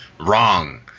Wrong